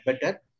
better